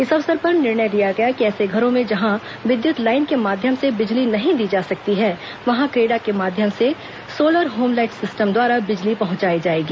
इस अवसर पर निर्णय लिया गया कि ऐसे घरों में जहां विद्युत लाईन के माध्यम से बिजली नहीं दी जा सकती है वहां क्रेडा के माध्यम से सौलर होम लाईट सिस्टम द्वारा बिजली पहंचायी जायेगी